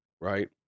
right